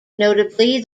notably